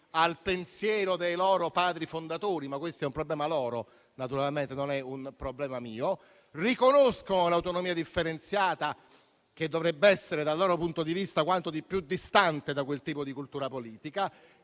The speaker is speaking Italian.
al pensiero dei loro padri fondatori, ma questo è un problema loro, naturalmente, non un problema mio. Ora riconoscono l'autonomia differenziata, che dovrebbe essere quanto di più distante da quel tipo di cultura politica